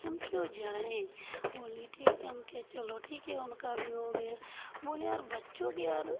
कि हम क्यों जाऍं बोली ठीक है हम कहे चलो ठीक है उनका भी हो गया बोले यार बच्चों के यार